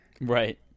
Right